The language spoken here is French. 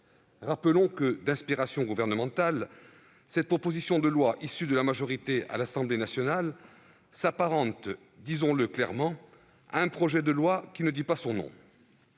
rappelons que, d'inspiration gouvernementale, cette proposition de loi issue de la majorité à l'Assemblée nationale s'apparente- disons-le clairement -à un projet de loi qui ne dit pas son nom.